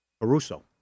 Caruso